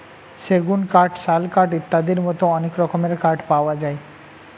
সেগুন কাঠ, শাল কাঠ ইত্যাদির মতো অনেক রকমের কাঠ পাওয়া যায়